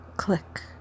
click